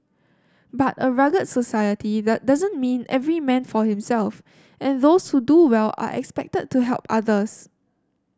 but a rugged society doesn't mean every man for himself and those who do well are expected to help others